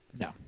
No